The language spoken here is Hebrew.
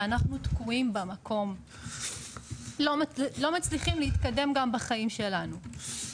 ואנחנו תקועים במקום ולא מצליחים להתקדם גם בחיים שלנו.